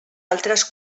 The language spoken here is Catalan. altres